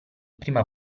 prima